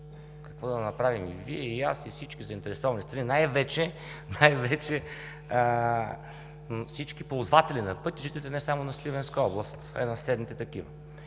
Какво да направим и Вие, и аз, и всички заинтересовани страни, най-вече всички ползватели на пътя, жителите не само на Сливенска област, а и на съседните такива?